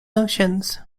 notions